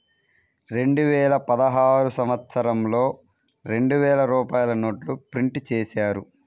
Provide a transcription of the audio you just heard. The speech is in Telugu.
రెండువేల పదహారు సంవత్సరంలో రెండు వేల రూపాయల నోట్లు ప్రింటు చేశారు